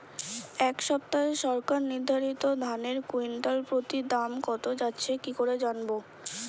এই সপ্তাহে সরকার নির্ধারিত ধানের কুইন্টাল প্রতি দাম কত যাচ্ছে কি করে জানবো?